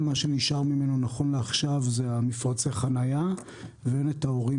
מה שנשאר ממנו נכון לעכשיו זה מפרצי החניה ואין את ההורים